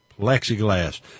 Plexiglass